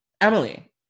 Emily